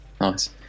Nice